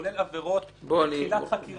הוא כולל עבירות בתחילת חקירה.